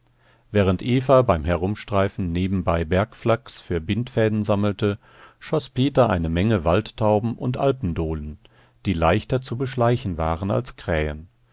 während eva beim herumstreifen nebenbei bergflachs für bindfäden sammelte schoß peter eine menge waldtauben und alpendohlen die leichter zu beschleichen waren als krähen